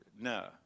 No